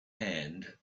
hand